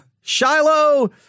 Shiloh